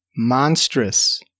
Monstrous